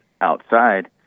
outside